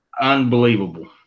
unbelievable